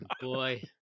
Boy